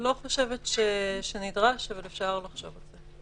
אני לא חושבת שנדרש אבל אפשר לחשוב על זה.